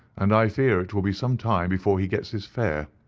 and i fear it will be some time before he gets his fare.